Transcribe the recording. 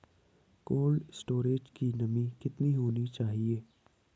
Cold storage की नमी कितनी होनी चाहिए?